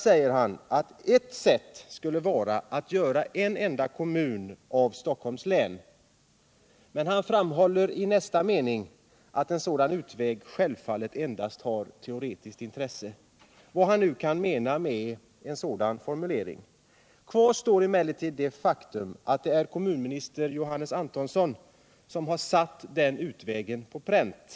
säger han att ert sätt skulle vara att göra en enda kommun av Stockholms län. Men han framhåller i nästa mening ”att en sådan utväg självfallet endast har teoretiskt intresse” — vad han nu kan mena med en sådan formulering. Kvar står emellertid det faktum att det är kommunminister Johannes Antonsson som har satt den utvägen på pränt.